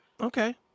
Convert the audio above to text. Okay